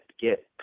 get